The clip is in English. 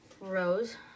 Rose